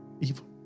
evil